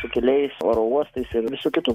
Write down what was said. su keliais oro uostais ir visu kitu